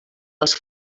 els